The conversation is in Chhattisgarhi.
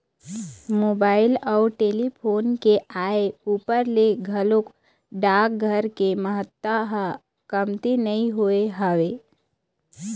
मोबाइल अउ टेलीफोन के आय ऊपर ले घलोक डाकघर के महत्ता ह कमती नइ होय हवय